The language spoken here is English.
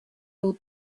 will